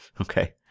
Okay